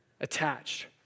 Attached